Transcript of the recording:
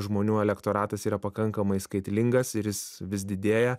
žmonių elektoratas yra pakankamai skaitlingas ir jis vis didėja